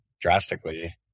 drastically